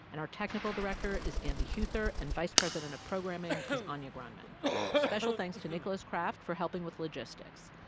and our technical director is andy huether. and vice president of programming is anya grundmann special thanks to nicholas kraft for helping with logistics.